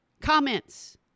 comments